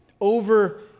over